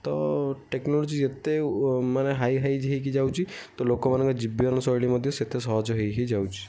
ତ ଟେକ୍ନୋଲୋଜି ଯେତେ ମାନେ ହାଇ ହାଇ ହୋଇକି ଯାଉଛି ତ ଲୋକ ମାନଙ୍କ ଜୀବନ ଶୈଳୀ ମଧ୍ୟ ସେତେ ସହଜ ହୋଇ ହୋଇ ଯାଉଛି